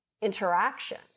interaction